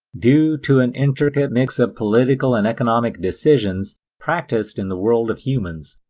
due to an intricate mix of political and economic decisions practiced in the world of humans.